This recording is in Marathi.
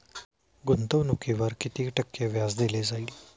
गुंतवणुकीवर किती टक्के व्याज दिले जाईल?